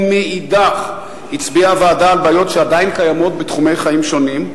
מאידך הצביעה הוועדה על בעיות שעדיין קיימות בתחומי חיים שונים.